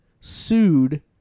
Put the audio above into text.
sued